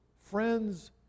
friends